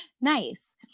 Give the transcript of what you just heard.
Nice